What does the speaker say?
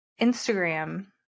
Instagram